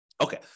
Okay